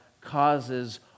causes